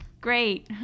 great